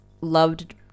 loved